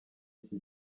iki